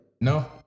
No